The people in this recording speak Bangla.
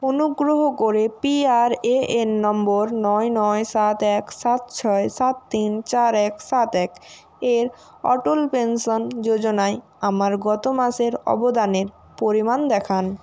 অনুগ্রহ করে পিআরএএন নম্বর নয় নয় সাত এক সাত ছয় সাত তিন চার এক সাত এক এর অটল পেনশন যোজনায় আমার গত মাসের অবদানের পরিমাণ দেখান